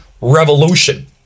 revolution